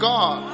God